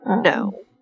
no